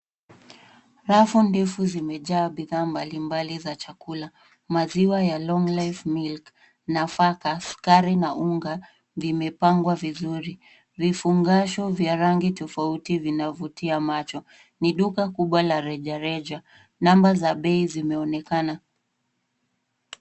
Rafu ndefu zimejaa bidhaa mbalimbali za vyakula. Maziwa ya longlife milk, nafaka, sukari na unga vimepangwa vizuri. Vifungasho vya rangi tofauti vinavutia macho. Ni duka kubwa la rejareja. Namba za bei zinaonekana.